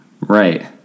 Right